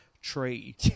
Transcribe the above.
tree